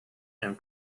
and